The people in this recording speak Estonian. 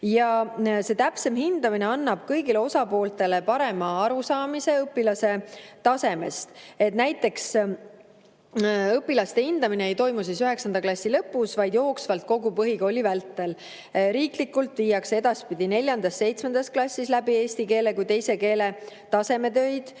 käigus. Täpsem hindamine annab kõigile osapooltele parema arusaamise õpilase tasemest. Näiteks õpilaste hindamine ei toimu üheksanda klassi lõpus, vaid jooksvalt kogu põhikooli vältel. Riiklikult viiakse edaspidi neljandas ja seitsmendas klassis läbi eesti keele kui teise keele tasemetöid